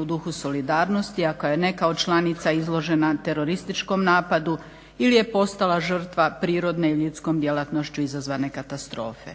u duhu solidarnosti ako je neka od članica izložena terorističkom napadu ili je postala žrtva prirodne i ljudskom djelatnošću izazvane katastrofe.